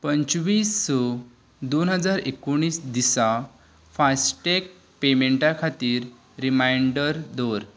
पंचवीस स दोन हजार एकुणीस दिसा फास्टॅग पेमेंटा खातीर रिमांयडर दवर